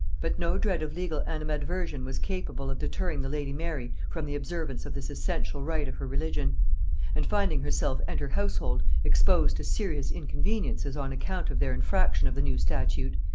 but no dread of legal animadversion was capable of deterring the lady mary from the observance of this essential rite of her religion and finding herself and her household exposed to serious inconveniences on account of their infraction of the new statute,